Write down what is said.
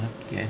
okay